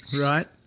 Right